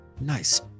Nice